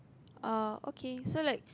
uh okay so like